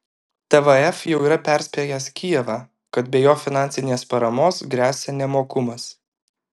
tvf jau yra perspėjęs kijevą kad be jo finansinės paramos gresia nemokumas